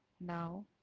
Now